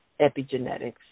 epigenetics